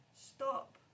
stop